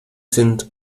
sind